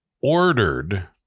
ordered